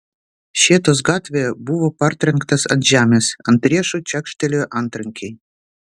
šėtos gatvėje buvo partrenktas ant žemės ant riešų čekštelėjo antrankiai